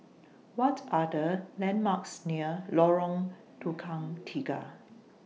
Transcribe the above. What Are The landmarks near Lorong Tukang Tiga